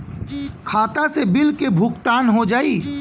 खाता से बिल के भुगतान हो जाई?